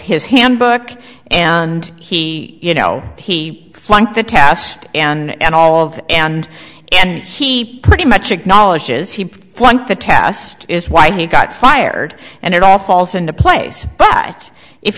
his handbook and he you know he flunked the test and all that and and he pretty much acknowledges he flunked the test is why he got fired and it all falls into place but if